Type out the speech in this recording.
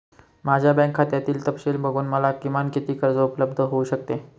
माझ्या बँक खात्यातील तपशील बघून मला किमान किती कर्ज उपलब्ध होऊ शकते?